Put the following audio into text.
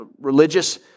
religious